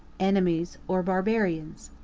enemies or barbarians.